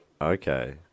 okay